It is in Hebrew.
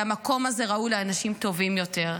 והמקום הזה ראוי לאנשים טובים יותר.